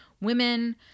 women